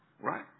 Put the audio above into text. Right